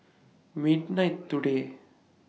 midnight today